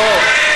אולי